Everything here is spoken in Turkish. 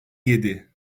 yedi